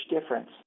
difference